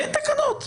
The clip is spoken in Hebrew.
אין תקנות.